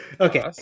Okay